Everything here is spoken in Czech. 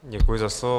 Děkuji za slovo.